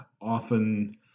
often